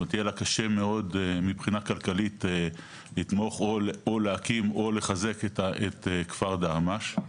יהיה לה קשה מאוד מבחינה כלכלית לתמוך או להקים או לחזק את כפר דהמש.